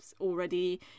already